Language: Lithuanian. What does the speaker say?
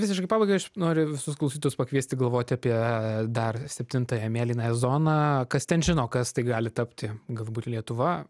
visiškai pabaigai aš noriu visus klausytojus pakviesti galvoti apie dar septintąją mėlynąją zoną kas ten žino kas tai gali tapti galbūt lietuva